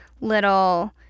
little